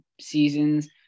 seasons